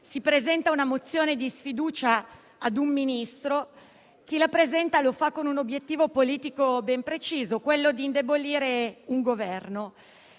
si presenta una mozione di sfiducia a un Ministro, chi la presenta lo fa con l'obiettivo politico ben preciso di indebolire un Governo.